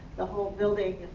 the whole building,